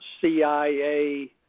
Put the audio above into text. CIA